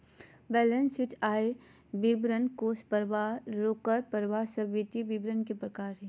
balance sheet, आय विवरण, कोष परवाह, रोकड़ परवाह सब वित्तीय विवरण के प्रकार हय